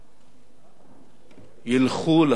ילכו להרפתקה הזו.